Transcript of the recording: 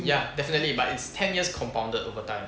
ya definitely but it's ten years compounded overtime